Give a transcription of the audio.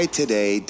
today